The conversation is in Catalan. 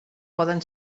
poden